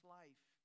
life